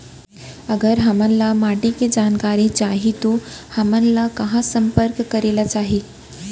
अगर हमन ला माटी के जानकारी चाही तो हमन ला कहाँ संपर्क करे ला चाही?